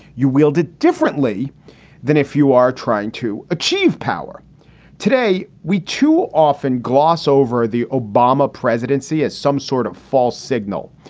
you wielded differently than if you are trying to achieve power today we too often gloss over the obama presidency as some sort of false signal,